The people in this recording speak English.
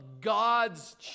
God's